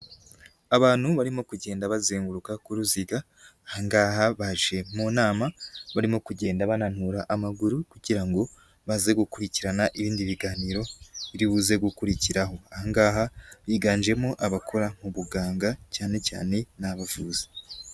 Abantu barimo kugenda bazenguruka ku ruziga, ahanga ngaha baje mu nama, barimo kugenda bananura amaguru kugira ngo baze gukurikirana ibindi biganiro biribuze gukurikiraho, aha ngaha biganjemo abakora mu buganga cyane cyane ni abavuzi.